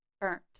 burnt